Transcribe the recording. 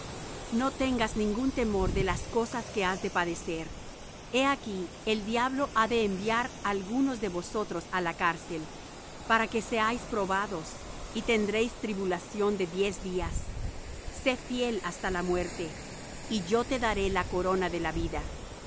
no tengas ningún temor de las cosas que has de padecer he aquí el diablo ha de enviar algunos de vosotros á la cárcel para que seáis probados y tendréis tribulación de diez días sé fiel hasta la muerte y yo te daré la corona de la vida